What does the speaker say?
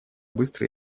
быстро